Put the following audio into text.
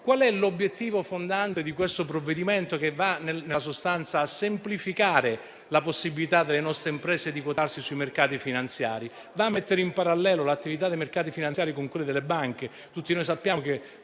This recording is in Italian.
forza. L'obiettivo fondante del provvedimento in esame, che in sostanza semplifica la possibilità delle nostre imprese di quotarsi sui mercati finanziari, è di mettere in parallelo l'attività dei mercati finanziari con quella delle banche.